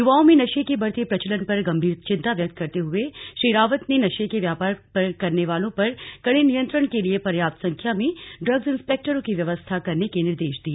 युवाओं में नशे के बढ़ते प्रचलन पर गम्भीर चिन्ता व्यक्त करते हुए श्री रावत ने नशे के व्यापार करने वालो पर कड़े नियन्त्रण के लिए पर्याप्त संख्या में ड्रग्स इन्सपेक्टरों की व्यवस्था करने के निर्देश दिए